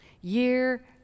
Year